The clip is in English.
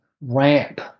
ramp